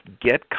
get